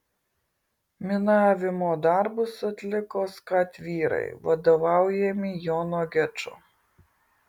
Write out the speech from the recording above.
minavimo darbus atliko skat vyrai vadovaujami jono gečo